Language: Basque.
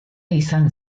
izan